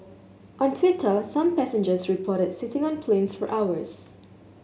on Twitter some passengers reported sitting on planes for hours